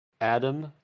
Adam